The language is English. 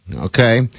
Okay